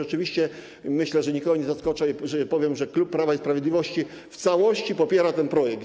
Oczywiście myślę, że nikogo nie zaskoczę, jeżeli powiem, że klub Prawo i Sprawiedliwość w całości popiera ten projekt.